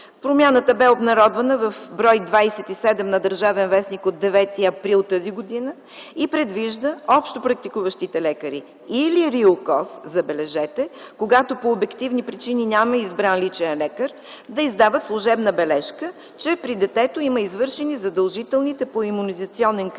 Промяната бе обнародвана в бр. 27 на „Държавен вестник” от 9 април т.г. и предвижда общопрактикуващите лекари или РИОКОЗ, забележете, когато по обективни причини няма избран личен лекар, да издават служебна бележка, че при детето има извършени задължителните по имунизационен календар